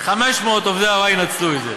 500 עובדי הוראה ינצלו את זה.